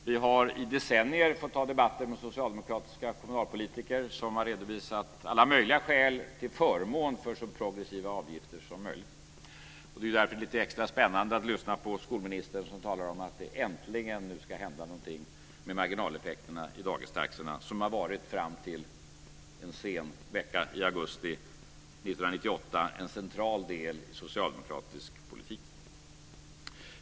Vi har i decennier fått ta debatter med socialdemokratiska kommunalpolitiker som har redovisat alla möjliga skäl till förmån för så progressiva avgifter som möjligt. Det är därför lite extra spännande att lyssna på skolministern som talar om att det nu äntligen ska hända någonting med marginaleffekterna på dagistaxorna som fram till en sen vecka i augusti 1998 varit en central del i socialdemokratisk politik.